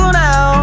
now